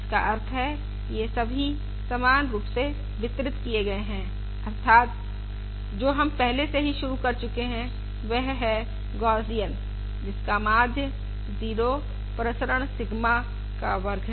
इसका अर्थ है ये सभी समरूपी वितरण हैं अर्थात जो हम पहले से ही शुरू कर चुके हैं वह है गौसियन जिसका माध्य 0 प्रसरण सिगमा का वर्ग है